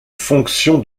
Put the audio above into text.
fonction